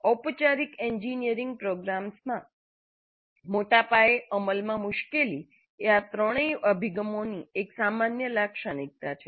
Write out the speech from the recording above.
ઔપચારિક એન્જિનિયરિંગ પ્રોગ્રામમાં મોટા પાયે અમલમાં મુશ્કેલીઓ એ આ ત્રણેય અભિગમો માટે એક સામાન્ય લાક્ષણિકતા છે